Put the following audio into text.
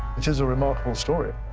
it is a remarkable story,